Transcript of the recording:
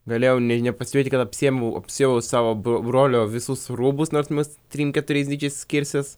galėjau nei nepastebėti kad apsiėmiau apsiaviau savo bro brolio visus rūbus nors mes trim keturiais dydžiais skirsis